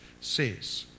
says